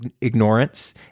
ignorance